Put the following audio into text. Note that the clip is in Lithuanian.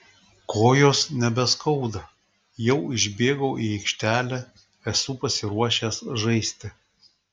kojos nebeskauda jau išbėgau į aikštelę esu pasiruošęs žaisti